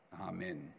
Amen